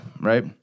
right